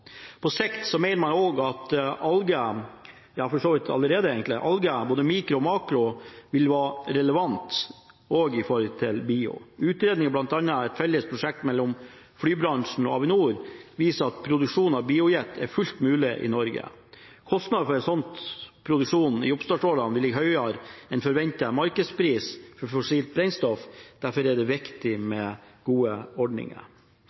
ja, for så vidt allerede – mener man også at alger, både mikro- og makroalger, vil være relevant, også når det gjelder biodrivstoff. Utredninger, bl.a. et felles prosjekt mellom flybransjen og Avinor, viser at produksjon av biojet er fullt mulig i Norge. Kostnadene for slik produksjon i oppstartsårene vil ligge høyere enn forventet markedspris for fossilt brennstoff. Det er derfor viktig